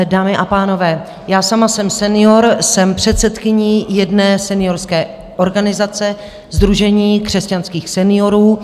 Dámy a pánové, já sama jsem senior, jsem předsedkyní jedné seniorské organizace Sdružení křesťanských seniorů.